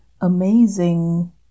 amazing